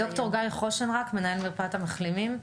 דוקטור גיא חושן, מנהל מרפאת המחלימים.